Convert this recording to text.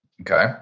Okay